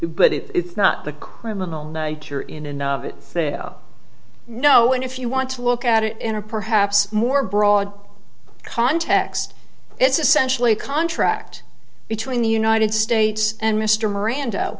but it's not the criminal nature in and of it no and if you want to look at it in a perhaps more broad context it's essentially a contract between the united states and mr miranda